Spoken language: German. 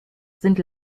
sind